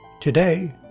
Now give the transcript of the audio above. Today